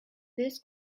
this